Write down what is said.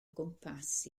gwmpas